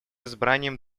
избранием